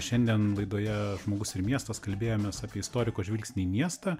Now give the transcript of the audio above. šiandien laidoje žmogus ir miestas kalbėjomės apie istoriko žvilgsnį į miestą